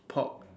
pork